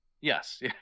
Yes